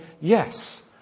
yes